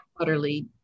utterly